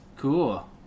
Cool